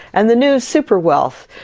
and the new super-wealth,